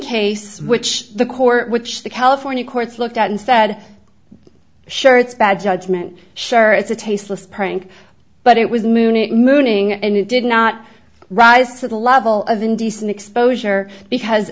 case which the court which the california courts looked at instead sure it's bad judgment sure it's a tasteless prank but it was moon it mooning and it did not rise to the level of indecent exposure because